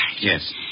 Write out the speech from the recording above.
Yes